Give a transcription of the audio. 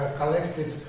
collected